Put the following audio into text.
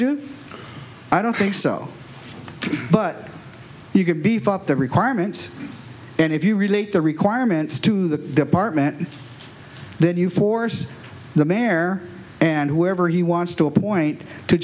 do i don't think so but you could be fought the requirements and if you relate the requirements to the department then you force the mare and whoever he wants to appoint to